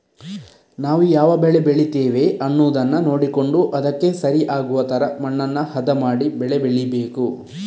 ನಾವು ಯಾವ ಬೆಳೆ ಬೆಳೀತೇವೆ ಅನ್ನುದನ್ನ ನೋಡಿಕೊಂಡು ಅದಕ್ಕೆ ಸರಿ ಆಗುವ ತರ ಮಣ್ಣನ್ನ ಹದ ಮಾಡಿ ಬೆಳೆ ಬೆಳೀಬೇಕು